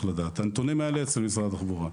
הנתונים האלה נמצאים אצל משרד התחבורה,